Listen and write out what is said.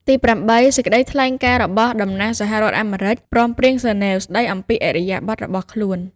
ទីប្រាំបី សេចក្តីថ្លែងការណ៍ របស់តំណាងសហរដ្ឋអាមេរិក ព្រមព្រៀងហ្សឺណែវ ស្តីអំពីឥរិយាបថរបស់ខ្លួន។